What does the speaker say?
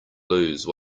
lose